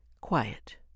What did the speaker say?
quiet